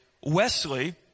Wesley